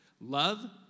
Love